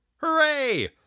Hooray